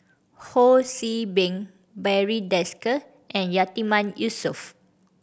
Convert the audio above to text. Ho See Beng Barry Desker and Yatiman Yusof